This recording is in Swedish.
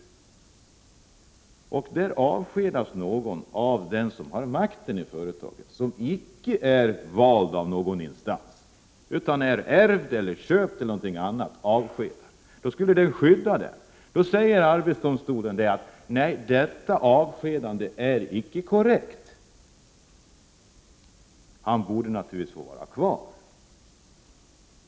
Innebörden i den lagstiftningen är egentligen, att om någon avskedas av den som har makten i ett företag och som icke är vald av någon instans utan har ärvt eller köpt företaget, skall lagen skydda den avskedade. Arbetsdomstolen hävdar att detta avskedande inte är korrekt. Den avskedade borde naturligtvis få vara kvar.